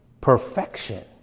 perfection